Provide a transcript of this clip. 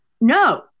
no